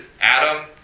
Adam